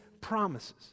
promises